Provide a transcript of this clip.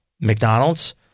McDonald's